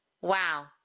wow